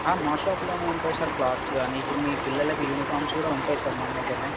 మా షాపులోనే ఉంటాయి సార్ క్లాత్స్ కానీ ఇప్పుడు మీ పిల్లలకి యూనిఫామ్స్ కూడా ఉంటాయి సార్ మన దగ్గరనే